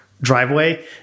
driveway